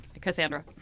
Cassandra